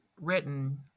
written